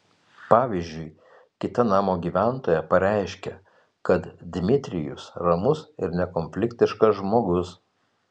pavyzdžiui kita namo gyventoja pareiškė kad dmitrijus ramus ir nekonfliktiškas žmogus